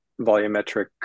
volumetric